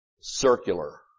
circular